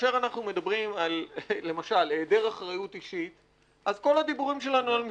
צוות פעולה מיוחד עם כל הגורמים.